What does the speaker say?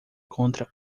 contra